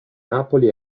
napoli